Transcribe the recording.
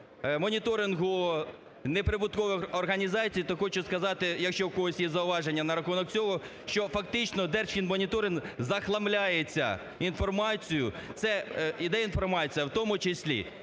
стосовно моніторингу неприбуткових організацій, то хочу сказати, якщо в когось є зауваження на рахунок цього, що фактично Держфінмоніторинг захламляється інформацією, це іде інформація, в тому числі